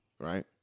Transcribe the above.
right